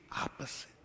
opposite